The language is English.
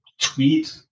tweet